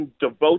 devote